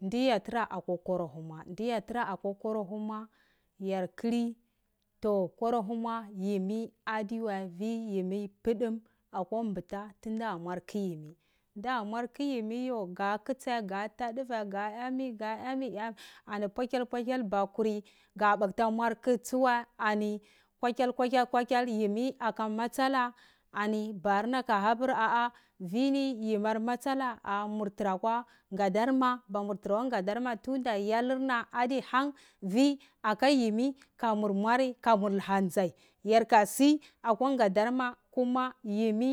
Ndi yatura kwa kwarahuma, ndi yatir akwa kworhumo yar kli toh kwarhuma yar kli toh kwoshuma yimi aduwai vwi yimi putum akwa mbuta tayara mwar kutsi yimi nda mwar kuyimi yo ga kitsi ya ta duvai gaya mi gaya mi ani pak hal patial makuri ga pata mvar kutsi doma ani kwakial kwakial kwakial yimmi aka masala ani ywi ni borna ha pur aka masala ani ywi ni borna ha pur aka masala ah ah mur tarakwa gadar ma mamar tro kwa gador ma bunda yolur na han vwo aka yimi kamur mwari kamur hon ndzai yarka si akwa godarma kuma yimi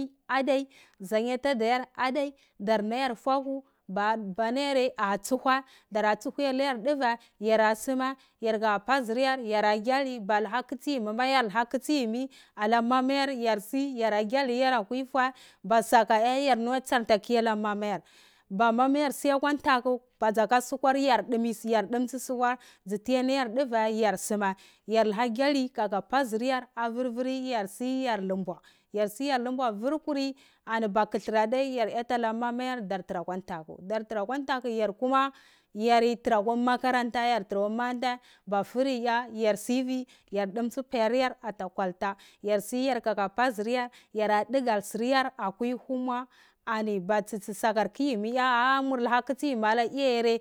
si tadaryar ma adai yorma ka favu banayare dara tsuhwai dara tsuhai alayor duvai yara suma yarka ka pazur yare balo kutsi yimi ma yorluka kitsi yimmi ka ka mama yori yar si yarda gyalir yar ahui fuh ba saka ya ya yar luha tsarnta fur ala mama yare ba mamayarsi ahwa ntaku ba dzaka sukwar yar domi surya yar dumtsi sukwar dzu h alayar duve yar suma yar tuha gyali katvi pozur yar avurvuri yar si yan lumba ti yar lumba vur kuli ani ba kohluv adoi yar goti alamamaye ba yor tara kwa ntaku dor tora kwantohu yarma yartara kwa makaranta bu 3 ya ror dumtsi payar yor ata kwalta yar sivi kako pogur yor yorda dugal suryar akwi fur huma anta batsahar kutsi yimi ya yor luka kitsi da iya yare